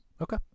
Okay